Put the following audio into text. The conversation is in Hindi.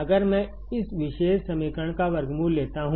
अगर मैं इस विशेष समीकरण का वर्गमूल लेता हूं